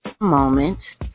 moment